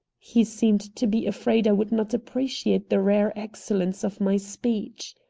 he seemed to be afraid i would not appreciate the rare excellence of my speech.